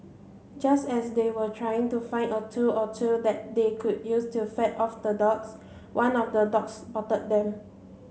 just as they were trying to find a tool or two that they could use to fend off the dogs one of the dogs spotted them